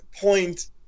point